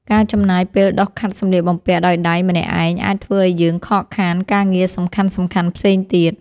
ការចំណាយពេលដុសខាត់សម្លៀកបំពាក់ដោយដៃម្នាក់ឯងអាចធ្វើឱ្យយើងខកខានការងារសំខាន់ៗផ្សេងទៀត។